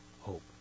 hope